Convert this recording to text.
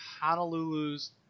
Honolulu's